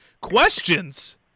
Questions